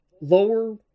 Lower